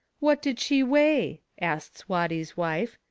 what did she weigh? asts watty's wife.